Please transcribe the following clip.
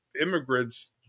immigrants